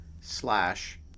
slash